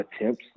attempts